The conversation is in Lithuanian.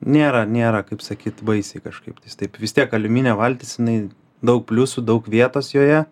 nėra nėra kaip sakyt baisiai kažkaip tais taip vis tiek aliuminė valtis jinai daug pliusų daug vietos joje